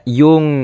yung